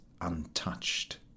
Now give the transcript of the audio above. untouched